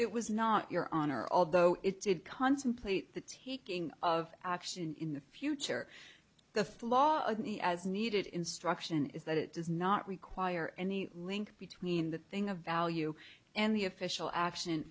it was not your honor although it did contemplate the taking of action in the future the flaw in the as needed instruction is that it does not require any link between the thing of value and the official action